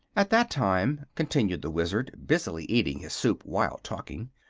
at that time, continued the wizard, busily eating his soup while talking,